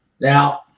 Now